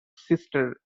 sister